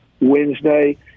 Wednesday